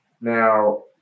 now